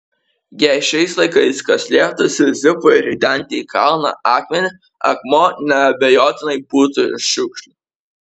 jei šiais laikais kas lieptų sizifui ridenti į kalną akmenį akmuo neabejotinai būtų iš šiukšlių